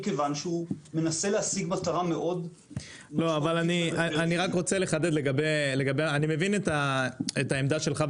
מכיוון שהוא מנסה להשיג מטרה מאוד --- אני מבין את העמדה שלך,